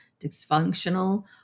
dysfunctional